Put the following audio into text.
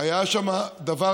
היה שם דבר